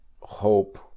hope